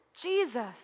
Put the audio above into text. Jesus